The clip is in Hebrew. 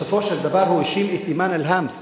בסופו של דבר הוא האשים את אימאן אל-האמס